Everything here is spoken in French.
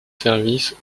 services